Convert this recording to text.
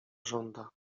żąda